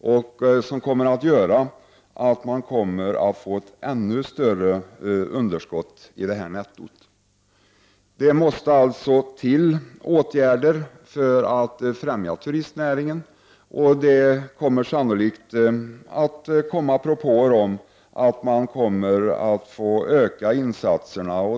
Detta kommer att leda till ett ännu större underskott i turistnettot. Det måste alltså till åtgärder för att främja turistnäringen. Det kommer sannolikt att komma propåer om att insatserna måste ökas.